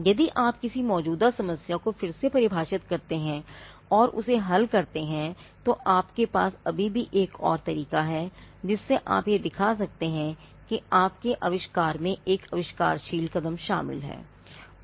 यदि आप किसी मौजूदा समस्या को फिर से परिभाषित करते हैं और उसे हल करते हैं तो आपके पास अभी भी एक और तरीका है जिससे आप यह दिखा सकते हैं कि आपके आविष्कार में एक आविष्कारशील कदम शामिल है है